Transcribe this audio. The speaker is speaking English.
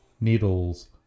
needles